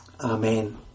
Amen